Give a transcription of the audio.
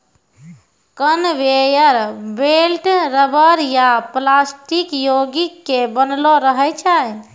conveyor belt rubber या plastic योगिक के बनलो रहै छै